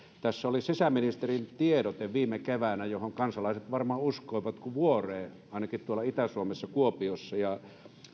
viime keväältä sisäministerin tiedote johon kansalaiset varmaan uskoivat kuin vuoreen ainakin tuolla itä suomessa kuopiossa